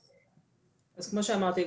אז כמו שאמרתי,